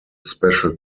special